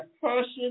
person